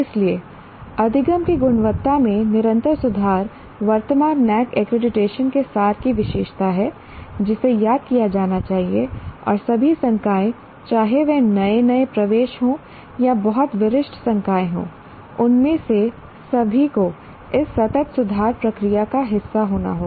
इसलिए अधिगम की गुणवत्ता में निरंतर सुधार वर्तमान NAAC एक्रीडिटेशन के सार की विशेषता है जिसे याद किया जाना चाहिए और सभी संकाय चाहे वे नए नए प्रवेश हों या बहुत वरिष्ठ संकाय हों उनमें से सभी को इस सतत सुधार प्रक्रिया का हिस्सा होना होगा